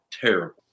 terrible